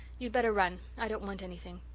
you'd better run. i don't want anything.